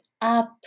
up